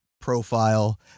profile